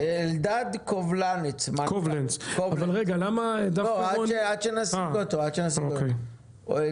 אלדד קובלנץ, עד שנשיג את רוני ארן.